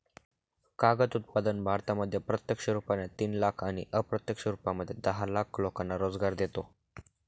कागद उत्पादन भारतामध्ये प्रत्यक्ष रुपाने तीन लाख आणि अप्रत्यक्ष रूपामध्ये दहा लाख लोकांना रोजगार देतो